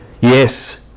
yes